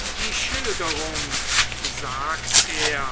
die schilderung sagte er